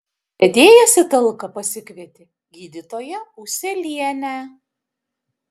vedėjas į talką pasikvietė gydytoją ūselienę